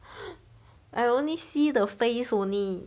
I only see the face only